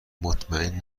مطمئن